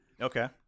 Okay